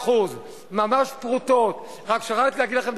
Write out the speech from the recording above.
ובאנו ואמרנו: